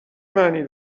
معنی